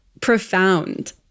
profound